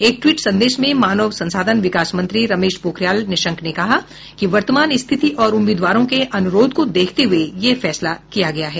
एक ट्वीट संदेश में मानव संसाधन विकास मंत्री रमेश पोखरियाल निशंक ने कहा कि वर्तमान स्थिति और उम्मीदवारों के अनुरोध को देखते हुए यह फैसला किया गया है